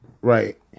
right